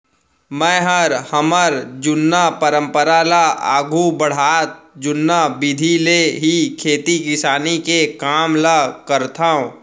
मैंहर हमर जुन्ना परंपरा ल आघू बढ़ात जुन्ना बिधि ले ही खेती किसानी के काम ल करथंव